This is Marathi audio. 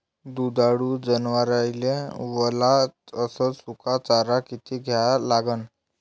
दुधाळू जनावराइले वला अस सुका चारा किती द्या लागन?